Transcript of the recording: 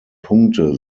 punkte